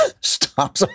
stop